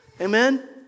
Amen